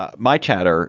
ah my chatter